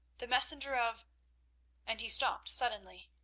the messenger of and he stopped suddenly.